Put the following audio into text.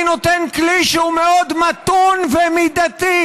אני נותן כלי שהוא מאוד מתון ומידתי.